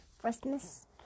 Christmas